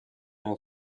will